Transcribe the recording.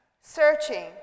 searching